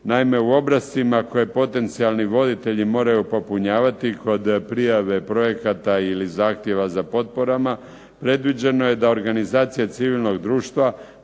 Naime u obrascima koje potencijalni voditelji moraju popunjavati kod prijave projekata ili zahtjeva za potporama, predviđeno je da organizacije civilnog društva